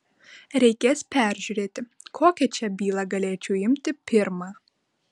reikės peržiūrėti kokią čia bylą galėčiau imti pirmą